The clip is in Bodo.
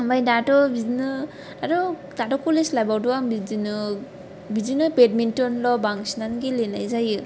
ओमफाय दाथ' बिदिनो दाथ' कलेज लाइफावथ' आं बिदिनो बिदिनो बेडमिन्टनल' बांसिनानो गेलेनाय जायो